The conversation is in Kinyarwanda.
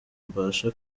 mbashe